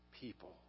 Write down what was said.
people